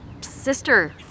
sister